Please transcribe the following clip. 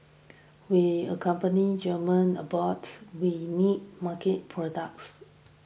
we accompany German abroad we need market products